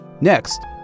Next